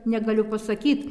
negaliu pasakyt